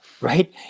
Right